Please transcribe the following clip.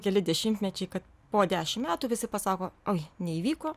keli dešimtmečiai kad po dešim metų visi pasako oi neįvyko